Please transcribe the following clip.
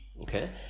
Okay